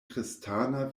kristana